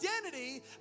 identity